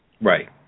Right